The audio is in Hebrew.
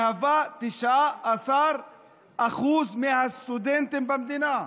מהווה 19% מהסטודנטים במדינה.